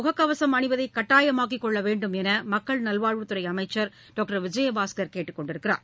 முகக்கவசம் அணிவதைகட்டாயமாக்கிகொள்ளவேண்டும் என்றமக்கள் நல்வாழ்வுத் துறைஅமைச்சர் டாக்டர் விஜயபாஸ்கர் கேட்டுக்கொண்டுள்ளார்